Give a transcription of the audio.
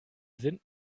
sind